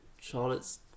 Charlotte's